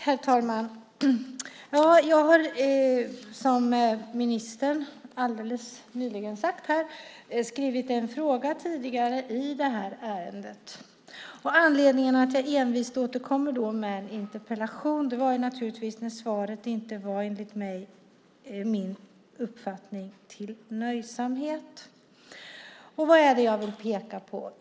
Herr talman! Jag har som ministern alldeles nyss sade skrivit en fråga i det här ärendet. Anledningen till att jag envist återkommer i en interpellation är givetvis att svaret inte enligt min uppfattning var till nöjsamhet. Vad är det då jag vill peka på?